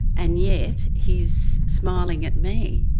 and yet he's smiling at me.